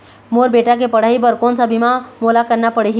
मोर बेटा के पढ़ई बर कोन सा बीमा मोला करना पढ़ही?